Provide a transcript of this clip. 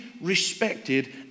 respected